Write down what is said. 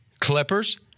Clippers